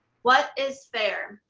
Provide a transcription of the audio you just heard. what is fair?